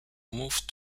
move